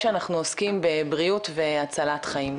כשאנחנו עוסקים בבריאות והצלת חיים,